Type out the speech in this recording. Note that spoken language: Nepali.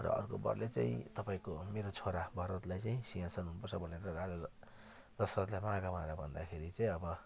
र अर्को वरले चाहिँ तपाईँको मेरो छोरा भरतलाई चाहिँ सिंहासन हुनुपर्छ भनेर राजा दशरथलाई माग भनेर भन्दाखेरि चाहिँ अब